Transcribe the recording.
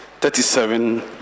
thirty-seven